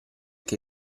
che